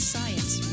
Science